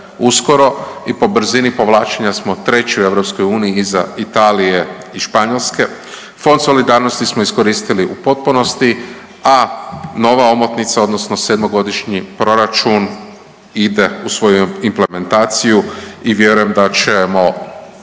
uskoro i po brzini povlačenja smo 3. u EU, iza Italije i Španjolske. Fond solidarnosti smo iskoristili u potpunosti, a nova omotnica odnosno sedmogodišnji proračun ide u svoju implementaciju i vjerujem da ćemo